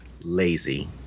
lazy